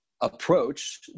approach